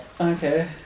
Okay